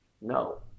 No